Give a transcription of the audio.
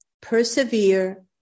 persevere